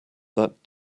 that